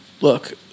look